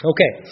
Okay